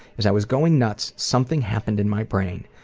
as i was going nuts, something happened in my brain.